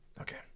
Okay